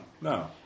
no